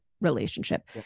relationship